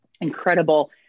Incredible